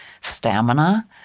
stamina